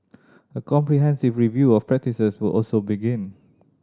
a comprehensive review of practices would also begin